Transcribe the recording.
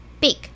Big